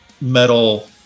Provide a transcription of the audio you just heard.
metal